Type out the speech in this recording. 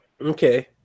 Okay